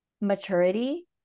maturity